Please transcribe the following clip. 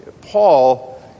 Paul